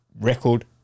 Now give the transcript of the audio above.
Record